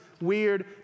weird